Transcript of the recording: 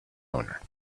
owner